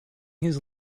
his